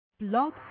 Blog